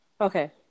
Okay